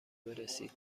برسید